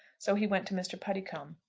so he went to mr. puddicombe.